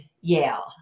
Yale